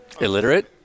Illiterate